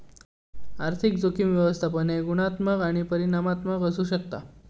आर्थिक जोखीम व्यवस्थापन हे गुणात्मक आणि परिमाणात्मक असू शकता